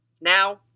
Now